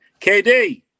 KD